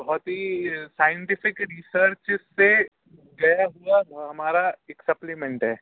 بہت ہی scientific research سے گیا ہوا ہمارا ایک سپلیمنٹ ہے